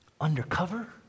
undercover